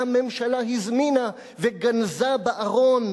שהממשלה הזמינה וגנזה בארון,